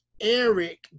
Eric